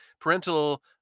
parental